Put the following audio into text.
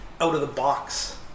out-of-the-box